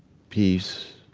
peace,